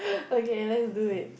okay let's do it